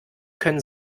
können